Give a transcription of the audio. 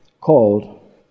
called